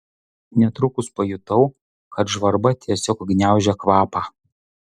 netrukus pajutau kad žvarba tiesiog gniaužia kvapą